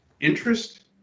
interest